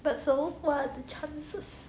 but so what are the chances